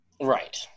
Right